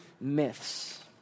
myths